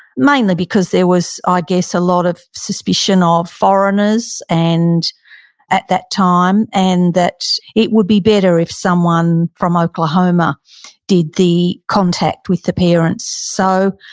mainly because there was, i ah guess, a lot of suspicion of foreigners and at that time, and that it would be better if someone from oklahoma did the contact with the parents. so,